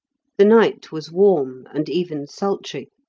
the night was warm, and even sultry,